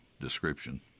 description